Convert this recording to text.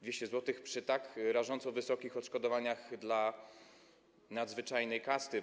200 zł przy tak rażąco wysokich odszkodowaniach dla nadzwyczajnej kasty.